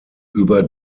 über